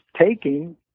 taking